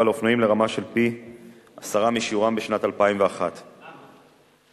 לאופנועים לרמה של פי-עשרה משיעורם בשנת 2001. למה?